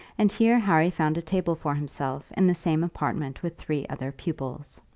and here harry found a table for himself in the same apartment with three other pupils.